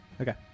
Okay